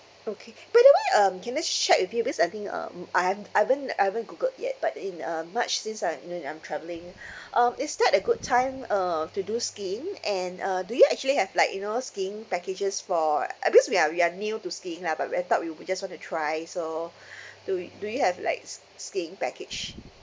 okay by the way um can just check with you because I think um I hav~ ~ aven't I haven't googled yet but in um march since I'm in I'm traveling um is that a good time uh to do skiing and uh do you actually have like you know skiing packages for uh because we are we are new to skiing lah but we've thought we would just want to try so do you do you have like s~ skiing package